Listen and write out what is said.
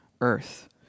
earth